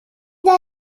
der